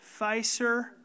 Pfizer